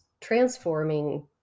transforming